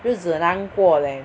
日子难过 nan guo leh